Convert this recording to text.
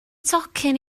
tocyn